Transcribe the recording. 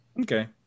Okay